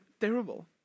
terrible